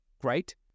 great